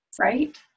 right